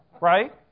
right